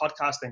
podcasting